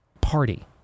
Party